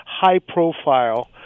high-profile